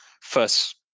first